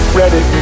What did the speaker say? ready